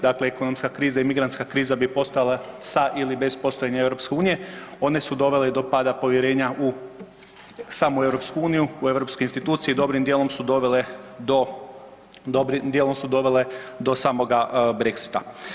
Dakle, ekonomska kriza i migrantska kriza bi postojale sa ili bez postojanja EU, one su dovele do pada povjerenja u samu EU, u europske institucije i dobrim dijelom su dovele do, dobrim dijelom su dovele do samoga Brexita.